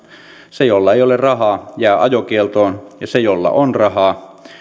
se jolla ei ole rahaa jää ajokieltoon ja se jolla on rahaa